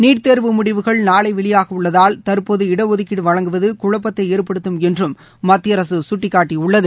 NEET தேர்வு முடிவுகள் நாளை வெளியாக உள்ளதால் தற்போது இடஒதுக்கீடு வழங்குவது குழப்பத்தை ஏற்படுத்தும் என்றும் மத்திய அரசு சுட்டிக்காட்டியுள்ளது